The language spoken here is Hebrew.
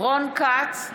רון כץ,